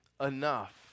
enough